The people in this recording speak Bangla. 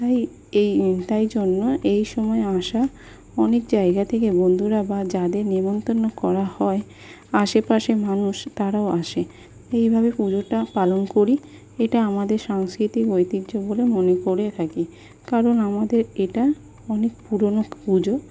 তাই এই তাই জন্য এই সময় আসা অনেক জায়গা থেকে বন্ধুরা বা যাদের নেমন্তন্ন করা হয় আশেপাশের মানুষ তারাও আসে এইভাবে পুজোটা পালন করি এটা আমাদের সাংস্কৃতিক ঐতিহ্য বলে মনে করে থাকি কারণ আমাদের এটা অনেক পুরনো পুজো